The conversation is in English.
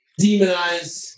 demonize